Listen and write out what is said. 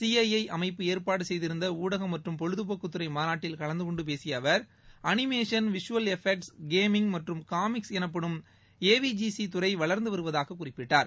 CII அமைப்பு ஏற்பாடு செய்திருந்த ஊடகம் மற்றும் பொழுது போக்குத்துறை மாநாட்டில் கலந்து கொண்டு பேசிய அவர் அனிமேஷன் விஷூவல் எஃபெக்ட்ஸ் கேமிங் மற்றும் காமிக்ஸ் எனப்படும் ஏவிஜிசி துறை வளர்ந்து வருவதாக குறிப்பிட்டார்